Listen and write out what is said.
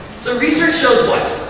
so research shows what?